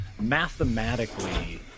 mathematically